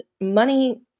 money